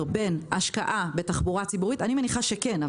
בין השקעה בתחבורה ציבורית אני מניחה שכן,